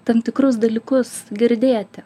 tam tikrus dalykus girdėti